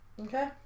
Okay